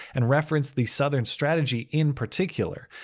and referenced the southern strategy in particular,